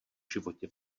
životě